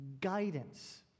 guidance